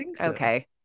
okay